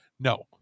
no